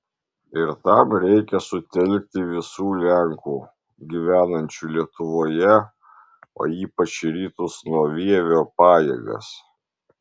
ir tam reikia sutelkti visų lenkų gyvenančių lietuvoje o ypač į rytus nuo vievio pajėgas